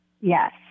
Yes